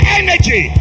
energy